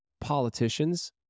politicians